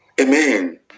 amen